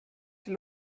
die